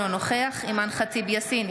אינו נוכח אימאן ח'טיב יאסין,